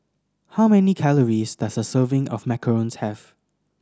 how many calories does a serving of Macarons have